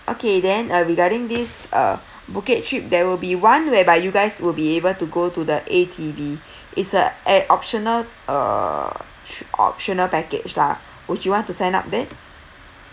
okay then uh regarding this uh phuket trip there will be one whereby you guys will be able to go to the A_T_V it's uh add~ optional uh optional package lah would you want to sign up that